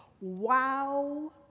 Wow